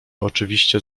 oczywiście